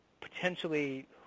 potentially